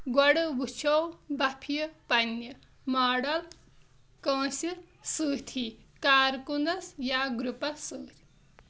گۄڈٕ وٕچھو بفیہِ پننہِ ماڈل کٲنٛسہِ سٲتھی کارکُنَس یا گروپَس سۭتۍ